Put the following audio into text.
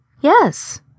Yes